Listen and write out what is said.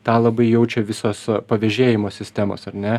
tą labai jaučia visos pavėžėjimo sistemos ar ne